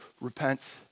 repent